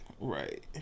Right